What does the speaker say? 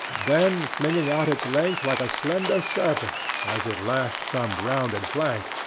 then flinging out its length like a slender serpent, as it lashed some rounded flank,